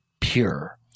pure